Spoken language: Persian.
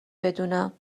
بدونم